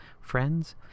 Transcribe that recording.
friends